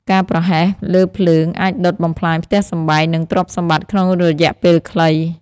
ការប្រហែសលើភ្លើង អាចដុតបំផ្លាញផ្ទះសម្បែង និងទ្រព្យសម្បត្តិក្នុងរយៈពេលខ្លី។